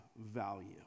value